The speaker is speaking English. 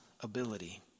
ability